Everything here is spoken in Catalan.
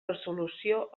resolució